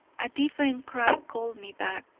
a different cry called me back.